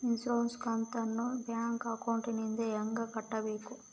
Insurance ಕಂತನ್ನ bank ಅಕೌಂಟಿಂದ ಹೆಂಗ ಕಟ್ಟಬೇಕು?